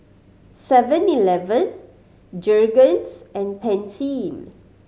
Seven Eleven Jergens and Pantene